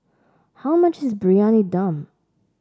how much is Briyani Dum